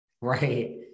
Right